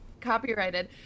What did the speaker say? copyrighted